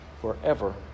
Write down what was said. forever